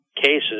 cases